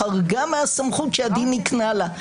חרגה מהסמכות שהדין הקנה לה,